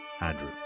Andrew